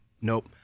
nope